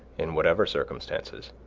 in whatever circumstances,